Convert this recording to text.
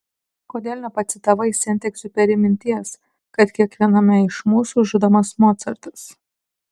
kodėl nepacitavai sent egziuperi minties kad kiekviename iš mūsų žudomas mocartas